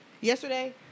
yesterday